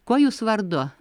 kuo jūs vardu